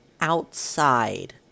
outside